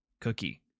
Cookie